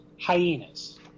Hyenas